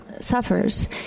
suffers